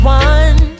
one